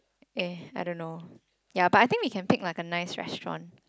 eh I don't know ya but I think we can pick like a nice restaurant